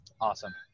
Awesome